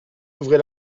ouvrez